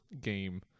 game